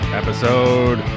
episode